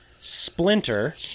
Splinter